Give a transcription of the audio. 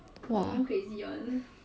wa